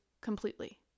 completely